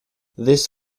this